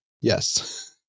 Yes